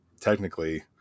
technically